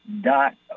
dot